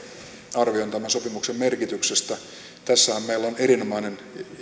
arvioon tämän sopimuksen merkityksestä tässähän meillä on erinomainen